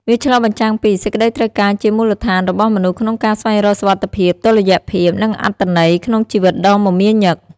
វាឆ្លុះបញ្ចាំងពី សេចក្ដីត្រូវការជាមូលដ្ឋានរបស់មនុស្សក្នុងការស្វែងរកសុវត្ថិភាព តុល្យភាព និងអត្ថន័យ ក្នុងជីវិតដ៏មមាញឹក។